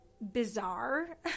bizarre